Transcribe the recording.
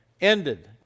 ended